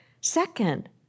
Second